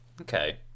okay